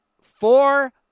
four